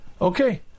Okay